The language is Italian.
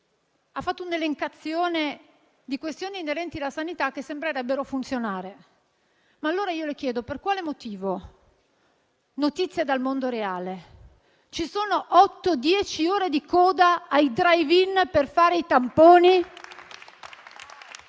ha fatto un'elencazione di questioni inerenti la sanità che sembrerebbero funzionare. Ma, allora, le chiedo per quale motivo - notizie dal mondo reale - ci sono otto-dieci ore di coda ai *drive in* per fare i tamponi.